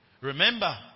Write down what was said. Remember